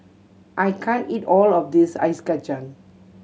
I can't eat all of this ice kacang